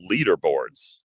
leaderboards